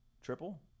triple